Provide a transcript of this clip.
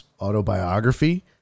Autobiography